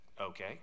okay